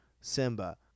Simba